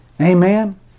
Amen